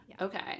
Okay